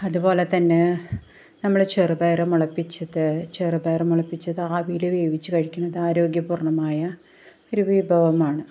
അതുപോലെത്തന്നെ നമ്മൾ ചെറുപയർ മുളപ്പിച്ചത് ചെറുപയർ മുളപ്പിച്ചത് ആവിയിൽ വേവിച്ചു കഴിക്കണത് ആരോഗ്യ പൂർണ്ണമായ ഒരു വിഭവമാണ്